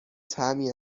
طعمی